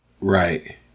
Right